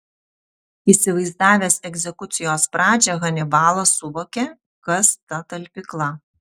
įsivaizdavęs egzekucijos pradžią hanibalas suvokė kas ta talpykla